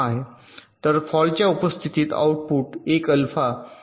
तर फॉल्टच्या उपस्थितीत आउटपुट एफ अल्फा आहे